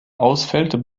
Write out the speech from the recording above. ausfällt